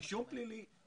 אישום פלילי,